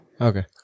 Okay